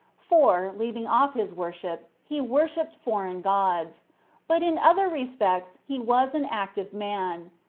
for, leaving off his worship, he worshipped foreign gods but in other respects he was an active man.